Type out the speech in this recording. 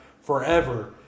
forever